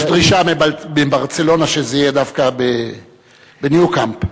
יש דרישה מ"ברצלונה" שזה יהיה דווקא ב"נואו קאמפ".